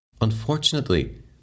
Unfortunately